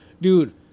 dude